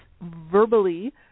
verbally